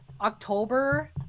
October